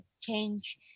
change